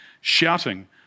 shouting